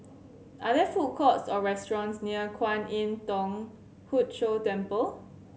are there food courts or restaurants near Kwan Im Thong Hood Cho Temple